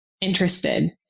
interested